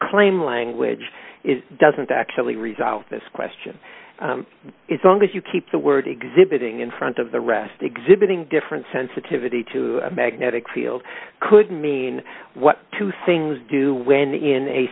claim language doesn't actually resolve this question it's long as you keep the word exhibiting in front of the rest exhibiting different sensitivity to magnetic field could mean what two things do when in a